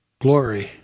glory